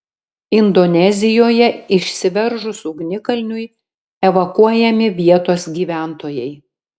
indonezijoje išsiveržus ugnikalniui evakuojami vietos gyventojai